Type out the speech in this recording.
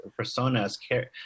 personas